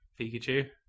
Pikachu